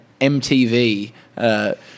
MTV